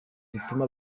rituma